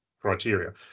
criteria